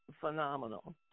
phenomenal